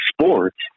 sports